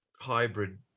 hybrid